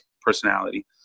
personality